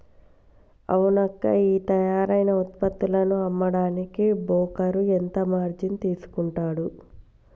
అవునక్కా ఈ తయారైన ఉత్పత్తులను అమ్మడానికి బోకరు ఇంత మార్జిన్ తీసుకుంటాడు